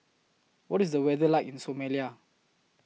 What IS The weather like in Somalia